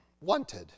wanted